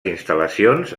instal·lacions